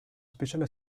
speciale